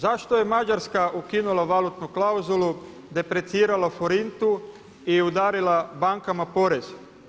Zašto je Mađarska ukinula valutnu klauzulu depreciralo forintu i udarila bankama porez?